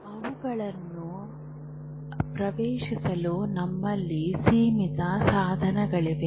ಅವುಗಳನ್ನು ಪ್ರವೇಶಿಸಲು ನಮ್ಮಲ್ಲಿ ಸೀಮಿತ ಸಾಧನಗಳಿವೆ